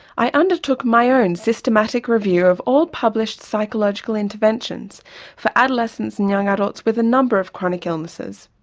i undertook my own systematic review of all published psychological interventions for adolescents and young adults with a number of chronic illnesses,